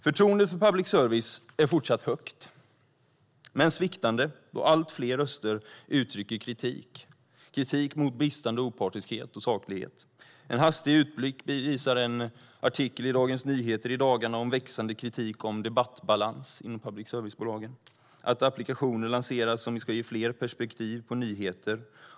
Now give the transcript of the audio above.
Förtroendet för public service är fortsatt högt men sviktande, då allt fler röster uttrycker kritik mot bristande opartiskhet och saklighet. Jag kan göra en hastig utblick. Det var en artikel i Dagens Nyheter i dagarna om växande kritik i fråga om debattbalans inom public service-bolagen. Applikationer lanseras som ska ge fler perspektiv på nyheter.